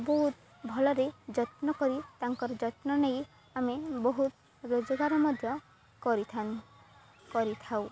ବହୁତ ଭଲରେ ଯତ୍ନ କରି ତାଙ୍କର ଯତ୍ନ ନେଇ ଆମେ ବହୁତ ରୋଜଗାର ମଧ୍ୟ କରିଥାଉ